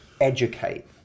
educate